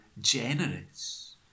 generous